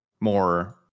more